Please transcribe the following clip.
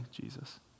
Jesus